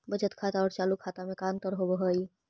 बचत खाता और चालु खाता में का अंतर होव हइ?